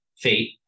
fate